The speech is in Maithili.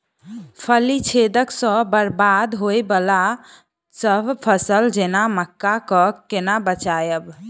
फली छेदक सँ बरबाद होबय वलासभ फसल जेना मक्का कऽ केना बचयब?